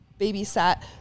babysat